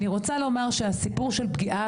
אני רוצה לומר שהסיפור של פגיעה,